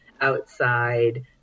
outside